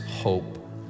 hope